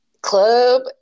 club